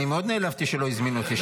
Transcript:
מאוד נעלבתי שלא הזמינו אותי,